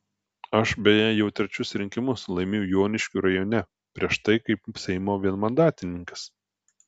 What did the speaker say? aš beje jau trečius rinkimus laimiu joniškio rajone prieš tai kaip seimo vienmandatininkas